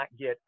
get